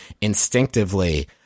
instinctively